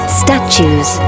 statues